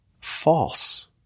false